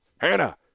Hannah